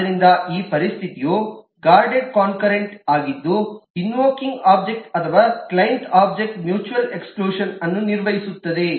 ಆದ್ದರಿಂದ ಈ ಪರಿಸ್ಥಿತಿಯು ಗಾರ್ಡೆಡ್ ಕೋನ್ಕರೆಂಟ್ ಆಗಿದ್ದು ಇನ್ವೊಕಿಂಗ್ ಒಬ್ಜೆಕ್ಟ್ ಅಥವಾ ಕ್ಲೈಂಟ್ ಒಬ್ಜೆಕ್ಟ್ ಮ್ಯೂಚುವಲ್ ಎಕ್ಸ್ಕ್ಲೂಷನ್ ಅನ್ನು ನಿರ್ವಹಿಸುತ್ತದೆ